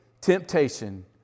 temptation